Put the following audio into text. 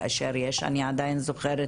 כאשר אני עדיין זוכרת